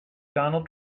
donald